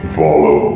follow